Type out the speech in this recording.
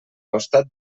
costat